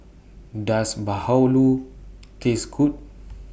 Does Bahulu Taste Good